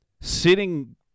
sitting